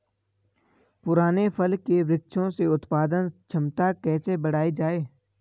पुराने फल के वृक्षों से उत्पादन क्षमता कैसे बढ़ायी जाए?